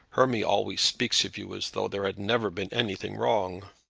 hermy always speaks of you as though there had never been anything wrong.